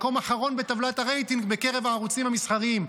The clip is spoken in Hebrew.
מקום אחרון בטבלת הרייטינג בקרב הערוצים המסחריים.